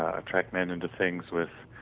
ah attract men into things with